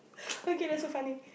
okay that's so funny